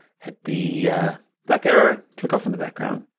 hit the black arrow, click off in the background,